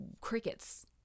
crickets